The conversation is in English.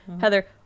Heather